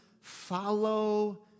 Follow